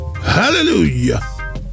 Hallelujah